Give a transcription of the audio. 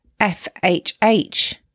FHH